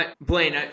Blaine